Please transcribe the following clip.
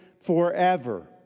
forever